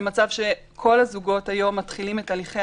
למצב שכל הזוגות היום מתחילים את הליכי